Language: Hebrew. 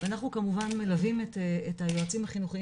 ואנחנו כמובן מלווים את היועצים החינוכיים